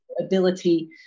ability